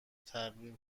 تغییر